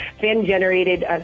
fan-generated